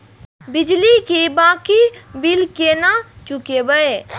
बिजली की बाकी बील केना चूकेबे?